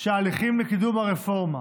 שההליכים לקידום הרפורמה